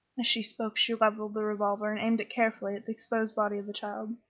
as she spoke she levelled the revolver and aimed it carefully at the exposed body of the child.